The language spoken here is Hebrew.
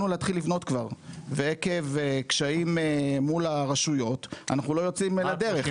ועכב קשיים מול הרשויות אנחנו לא יוצאים לדרך.